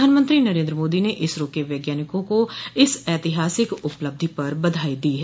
प्रधानमंत्री नरेन्द्र मोदी ने इसरो के वैज्ञानिकों को इस ऐतिहासिक उपलब्धि पर बधाई दी है